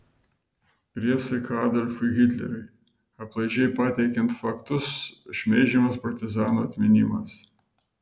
priesaika adolfui hitleriui aplaidžiai pateikiant faktus šmeižiamas partizanų atminimas